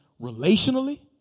relationally